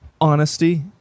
honesty